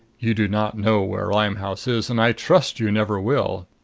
you do not know where limehouse is and i trust you never will.